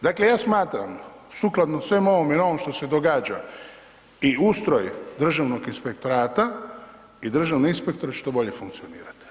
Dakle, ja smatram sukladno svemu ovome i ovom što se događa i ustroj Državnog inspektorata i državne inspektora da će to bolje funkcionirati.